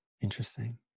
Interesting